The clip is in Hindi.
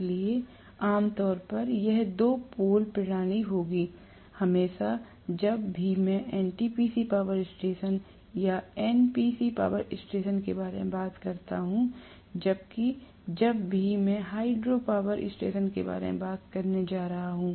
इसलिए आम तौर पर यह दो पोल प्रणाली होगी हमेशा जब भी मैं एनटीपीसी पावर स्टेशन या एनपीसी पावर स्टेशन के बारे में बात करता हूं l जबकि जब भी मैं हाइड्रोपावर स्टेशन के बारे में बात करने जा रहा हूं